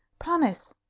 promise!